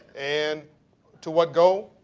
and to what goal?